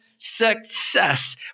success